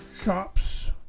shops